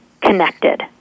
connected